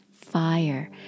fire